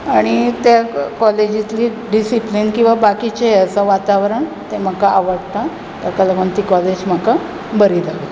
आनी ते कॉलेजींतली डिसिप्लीन किंवा बाकीचें आसा वातावरण तें म्हाका आवडटा ताका लागून ती कॉलेज म्हाका बरी लागली